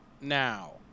now